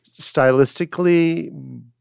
stylistically